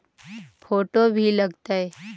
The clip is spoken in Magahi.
फोटो भी लग तै?